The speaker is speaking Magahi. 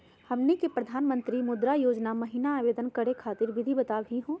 हमनी के प्रधानमंत्री मुद्रा योजना महिना आवेदन करे खातीर विधि बताही हो?